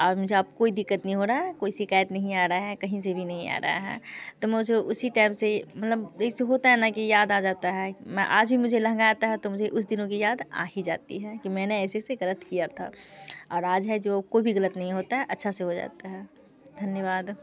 और अब मुझे अब कोई दिक़्क़त नहीं हो रहा है कोई शिकायत नहीं आ रहा है कहीं से भी नहीं आ रहा है तो मुझे उसी टाइम से मतलब जैसे होता है ना कि याद आ जाता है मैं आज भी मुझे लहंगा आता है तो मुझे उन दिनों की याद आ ही जाती है कि मैंने ऐसे ऐसे गलत किया था और आज है जो कोई भी गलत नहीं होता है अच्छा से हो जाता है धन्यवाद